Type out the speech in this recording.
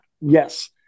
Yes